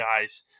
guys